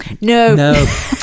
no